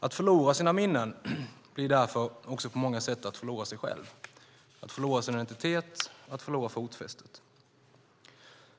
Att förlora sina minnen blir därför också på många sätt att förlora sig själv, att förlora sin identitet, att förlora fotfästet.